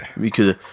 Because-